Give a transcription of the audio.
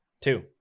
Two